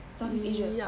south east asia